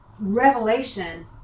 revelation